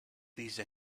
these